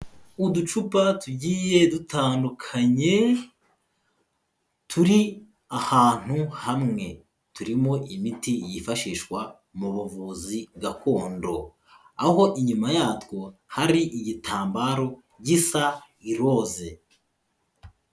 Uducupa tugiye dutandukanye turi ahantu hamwe, turimo imiti yifashishwa mu buvuzi gakondo aho inyuma yatwo hari igitambaro gisa iroze.